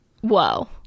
whoa